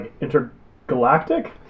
intergalactic